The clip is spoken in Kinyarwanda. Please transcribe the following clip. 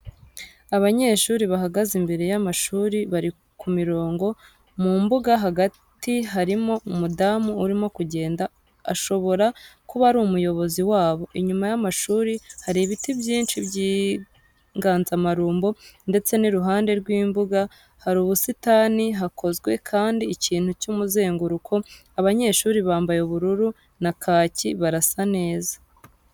Abanyeshuri bahagaze imbere y'amashuri bari ku mirongo, mu mbuga hagati harimo umudamu urimo kugenda, ashobora kuba ari umuyobozi wabo. Inyuma y'amashuri hari ibiti byinshi by'inganzamarumbo ndetse n'iruhande rw'imbuga hari ubusitani, hakozwe kandi ikintu cy'umuzenguruko, abanyeshuri bambaye ubururu na kaki barasa neza.